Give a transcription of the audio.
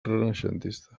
renaixentista